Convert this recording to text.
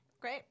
Great